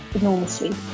enormously